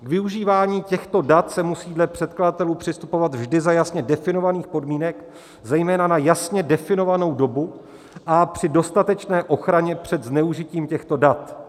K využívání těchto dat se musí dle předkladatelů přistupovat vždy za jasně definovaných podmínek, zejména na jasně definovanou dobu a při dostatečné ochraně před zneužitím těchto dat.